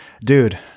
dude